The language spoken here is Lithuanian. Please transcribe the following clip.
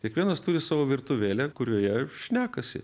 kiekvienas turi savo virtuvėlę kurioje šnekasi